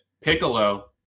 Piccolo